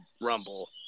rumble